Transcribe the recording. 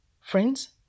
Friends